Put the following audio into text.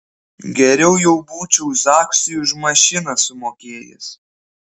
geriau jau būčiau zaksui už mašiną sumokėjęs